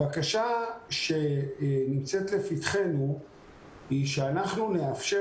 הבקשה שנמצאת לפתחנו היא שאנחנו נאפשר